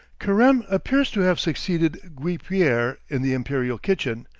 careme appears to have succeeded guipiere in the imperial kitchen,